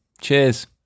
Cheers